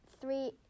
three